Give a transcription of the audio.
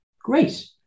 Great